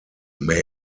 may